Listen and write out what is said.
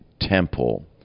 temple